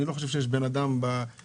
אני לא חושב שיש אדם במדינה,